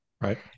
Right